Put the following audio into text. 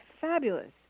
fabulous